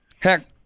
heck